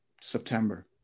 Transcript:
september